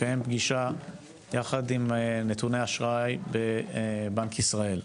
לקיים פגישה יחד עם נתוני אשראי בבנק ישראל,